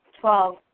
Twelve